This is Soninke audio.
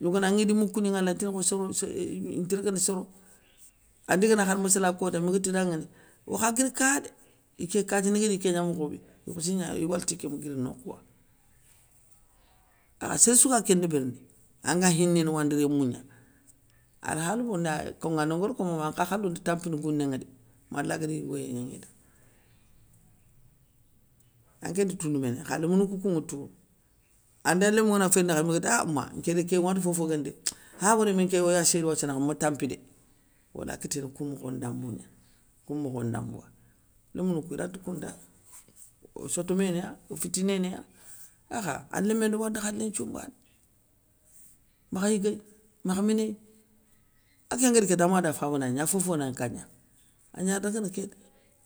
Yo ganagni di moukou ni ŋwala antini kho soro inti ragana soro, andi gana khar massala kota bé miga ti danŋani, okha guir ka a dé, iké katini guéri iké gna mokhobé, okhissi gna i walti ké mi guiri nokhouwa, akha séréssou ga kén ndébérini, anga khinéné wandi rémou gna. alkhalbou ndé konŋano nguér ko mokhobé, ankha khalou nti tampini gounéŋa dé, mala guér yir wayé gnaŋida. Anké nte tounou méné, kha lémounou koukou ŋa tou, anda lémou ngana féyindi khadi, mi guéti a mah nké dé ké matou fofo guéni dé, khawré mi nké woyassiyé do wathia nakha ma tampi dé, wala a kiténé kou mokho ndambou gna, kou mokho ndambou wa. Lémounou iranti koun nda o sotomé na, o fitinéya, akha a lémé ndo wandi khalé nthiou mbana, makha yiguéy, makha minéy, aké nga ri kéta ama da faba na gna a fofo na nka gna agnani raga na kéta,